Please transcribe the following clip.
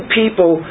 people